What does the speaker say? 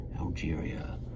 Algeria